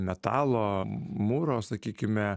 metalo mūro sakykime